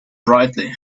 brightly